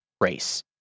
race